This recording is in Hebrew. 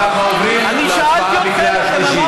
אנחנו עוברים להצבעה בקריאה שלישית.